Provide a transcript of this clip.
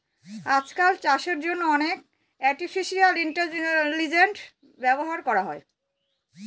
আজকাল চাষের জন্য অনেক আর্টিফিশিয়াল ইন্টেলিজেন্স ব্যবহার করা হয়